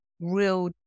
real